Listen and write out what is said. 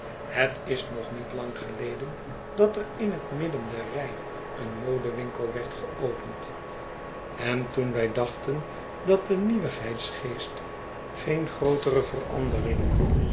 het is nog niet lang geleden dat er in het midden der rij een modewinkel werd geopend en toen wij dachten dat de nieuwigheidsgeest geen grootere verandering